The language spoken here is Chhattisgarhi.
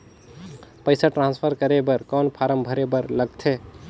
पईसा ट्रांसफर करे बर कौन फारम भरे बर लगथे?